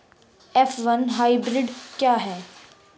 F one hybrid क्या है?